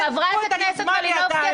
קחו את ה --- חברת הכנסת מלינובסקי,